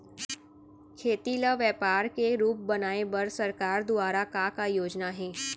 खेती ल व्यापार के रूप बनाये बर सरकार दुवारा का का योजना हे?